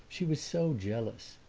she was so jealous.